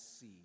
see